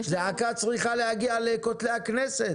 זעקה צריכה להגיע לכותלי הכנסת.